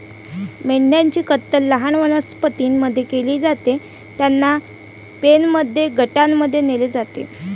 मेंढ्यांची कत्तल लहान वनस्पतीं मध्ये केली जाते, त्यांना पेनमध्ये गटांमध्ये नेले जाते